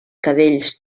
cadells